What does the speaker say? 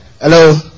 Hello